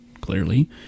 clearly